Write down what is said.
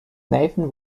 nathan